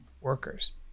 workers